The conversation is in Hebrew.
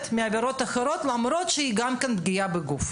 מעבירות אחרות למרות שגם היא פגיעה בגוף.